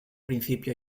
principio